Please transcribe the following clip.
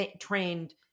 trained